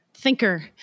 thinker